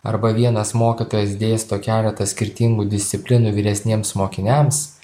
arba vienas mokytojas dėsto keletą skirtingų disciplinų vyresniems mokiniams